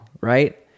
right